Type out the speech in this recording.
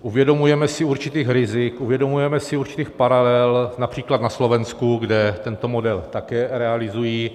Uvědomujeme si určitá rizika, uvědomujeme si určité paralely například na Slovensku, kde tento model také realizují.